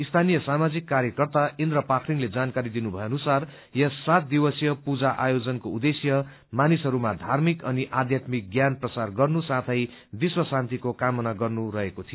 स्थानय सामाजिक कार्यकर्ता इन्द्र पाखरिनले जानकारी दिनु भए अनुसार यस सात दिवसीय पूजा आयोजन मानिसहरूमा धार्मिक अनि आध्यारिमक मान प्रसार गर्नु साथै विश्व शान्तिको कामना गर्नु रहेको थियो